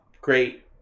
great